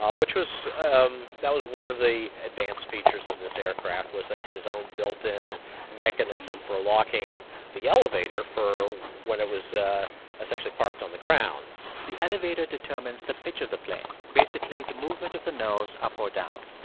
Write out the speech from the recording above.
ah which was um that was one of the advanced features of this aircraft was that it had its own built-in mechanism for locking the elevator for when it was essentially parked on the ground the elevator determines the pitch of the plane, basically the movement of the nose up or down.